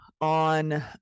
on